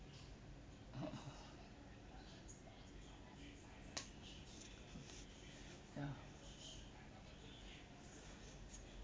ya